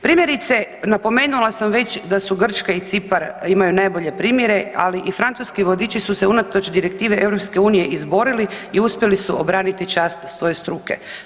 Primjerice, napomenula sam već da su Grčka i Cipar, imaju najbolje primjere, ali i francuski vodiči su se unatoč direktivi EU izborili i uspjeli su obraniti čast svoje struke.